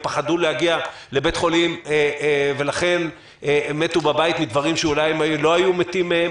הם פחדו להגיע ולכן מתו בבית מדברים שאולי לא היו מתים מהם.